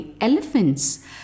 elephants